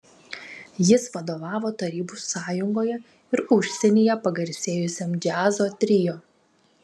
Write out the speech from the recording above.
jis vadovavo tarybų sąjungoje ir užsienyje pagarsėjusiam džiazo trio